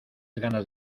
ganas